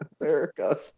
America